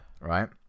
Right